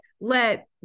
let